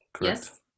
Yes